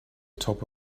top